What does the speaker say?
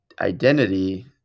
identity